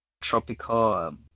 tropical